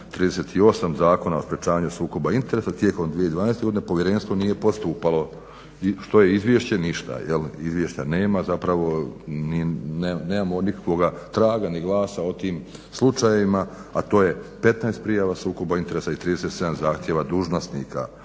38. Zakona o sprečavanju sukoba interesa tijekom 2012. godine povjerenstvo nije postupalo, što je izvješće ništa, izvješća nema zapravo nemamo nikakvog traga ni glasa o tim slučajevima, a to je 15 prijava sukoba interesa i 37 zahtjeva dužnosnika.